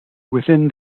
within